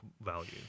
value